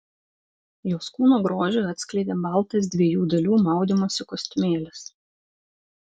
jos kūno grožį atskleidė baltas dviejų dalių maudymosi kostiumėlis